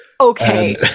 Okay